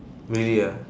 really ah